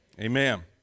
Amen